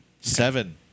Seven